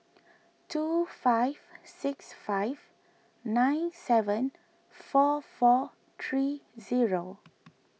two five six five nine seven four four three zero